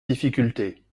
difficultés